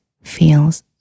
feels